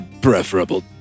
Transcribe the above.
preferable